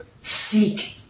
Seek